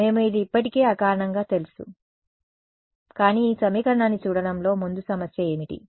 మేము ఇది ఇప్పటికే అకారణంగా తెలుసు కానీ ఈ సమీకరణాన్ని చూడటంలో ముందు సమస్య ఏమిటి